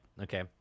okay